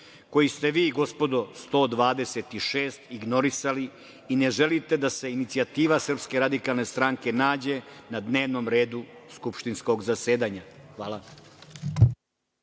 koji ste vi, gospodo 126, ignorisali i ne želite da se inicijativa SRS nađe na dnevnom redu skupštinskog zasedanja. Hvala.